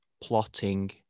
plotting